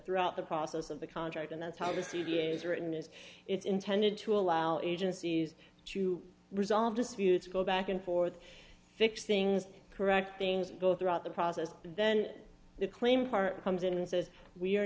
throughout the process of the contract and that's how the cd is written is it's intended to allow agencies to resolve disputes go back and forth fix things correct things go throughout the process but then the claim part comes in and says we